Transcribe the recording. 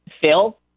Phil